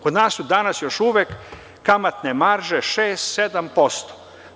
Kod nas su danas još uvek kamatne marže 6-7%